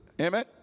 Amen